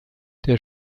der